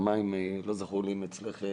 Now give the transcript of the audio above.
לא זכור לי אם אצלך,